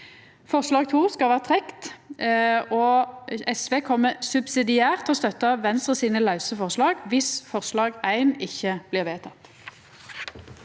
Forslag nr. 2 skal vera trekt, og SV kjem subsidiært til å støtta Venstre sine lause forslag viss forslag nr. 1 ikkje blir vedteke.